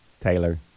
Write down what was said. Taylor